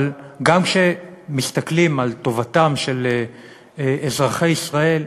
אבל גם כשמסתכלים על טובתם של אזרחי ישראל,